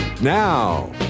Now